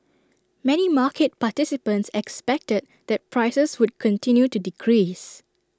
many market participants expected that prices would continue to decrease